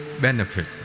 benefit